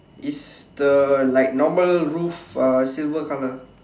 is the like normal roof uh silver colour